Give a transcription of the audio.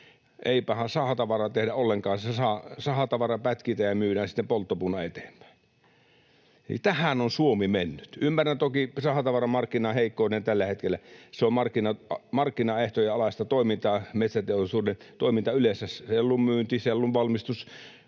Eipähän sahatavaraa tehdä ollenkaan. Se sahatavara pätkitään ja myydään sitten polttopuuna eteenpäin. Eli tähän on Suomi mennyt. Ymmärrän toki sahatavaran markkinaheikkouden tällä hetkellä. Se on markkinaehtojen alaista toimintaa. Metsäteollisuuden toiminta yleensä — sellun myynti, sellun valmistus,